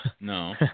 No